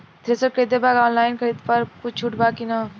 Thresher खरीदे के बा ऑनलाइन खरीद पर कुछ छूट बा कि न?